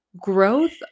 growth